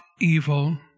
evil